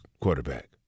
quarterback